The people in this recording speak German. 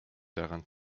daran